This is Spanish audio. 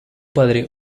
padre